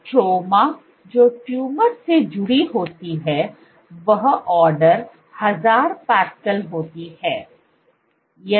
stroma जो tumour से जुड़ी होती है वह ऑर्डर 1000 पास्कल होती है